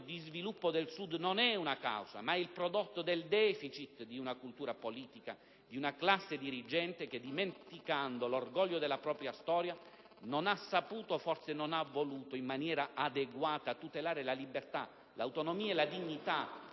il ritardo di sviluppo del Sud non è una causa, ma il prodotto del *deficit* di cultura politica di una classe dirigente che, dimenticando l'orgoglio della propria storia, non ha saputo e forse non ha voluto tutelare in maniera adeguata la libertà, l'autonomia e la dignità